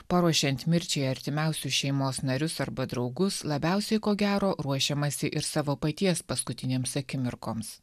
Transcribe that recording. paruošiant mirčiai artimiausius šeimos narius arba draugus labiausiai ko gero ruošiamasi ir savo paties paskutinėms akimirkoms